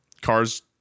cars